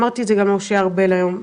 אמרתי את זה גם למשה ארבל היום,